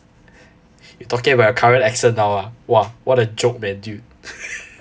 you talking about your current accent now ah !wah! what a joke man dude